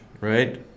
right